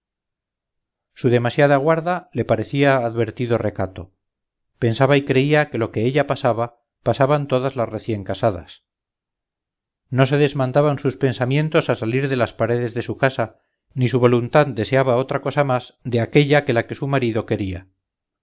su demasiada guarda le parecía advertido recato pensaba y creía que lo que ella pasaba pasaban todas las recién casadas no se desmandaban sus pensamientos a salir de las paredes de su casa ni su voluntad deseaba otra cosa más de aquella que la de su marido quería